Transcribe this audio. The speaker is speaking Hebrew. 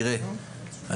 תראה,